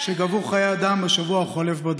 שגבו חיי אדם בשבוע החולף בדרכים.